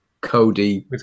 Cody